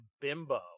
bimbo